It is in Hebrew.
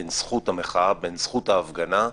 בין זכות המחאה, בין זכות ההפגנה,